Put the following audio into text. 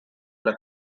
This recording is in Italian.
alla